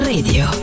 Radio